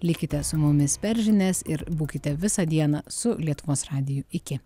likite su mumis per žinias ir būkite visą dieną su lietuvos radiju iki